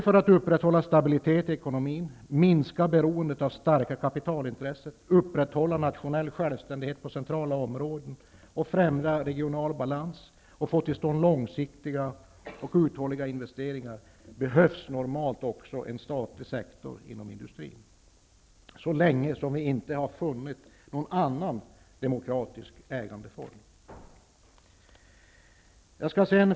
För att upprätthålla stabilitet i ekonomin, minska beroendet av starka kapitalintressen, upprätthålla nationell självständighet på centrala områden, främja en regional balans och få till stånd långsiktiga och uthålliga investeringar behövs normalt en statlig sektor inom industrin så länge man inte har funnit någon annan demokratisk ägandeform. Fru talman!